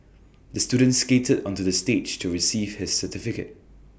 the student skated onto the stage to receive his certificate